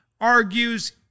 argues